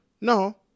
No